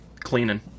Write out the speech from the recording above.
cleaning